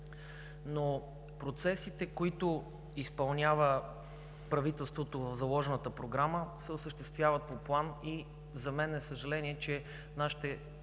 Но процесите, които изпълнява правителството в заложената програма, се осъществяват по план. За съжаление, нашите